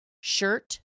shirt